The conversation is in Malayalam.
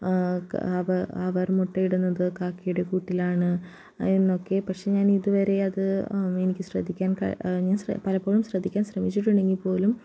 അവർ അവർ മുട്ടയിടുന്നത് കാക്കയുടെ കൂട്ടിലാണ് എന്നൊക്കെ പക്ഷേ ഞാനിതുവരെ അത് എനിക്ക് ശ്രദ്ധിക്കാൻ ഞാൻ പലപ്പോഴും ശ്രദ്ധിക്കാൻ ശ്രമിച്ചിട്ടുണ്ടെങ്കിൽ പോലും